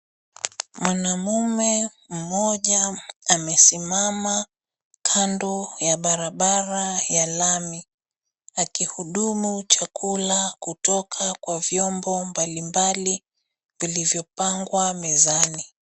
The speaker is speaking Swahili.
Mwanamume mmoja amesimama kando ya barabara ya lami akihudumu chakula kutoka kwa vyombo mbalimbali vilivyopangwa mezani.